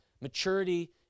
Maturity